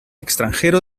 extranjero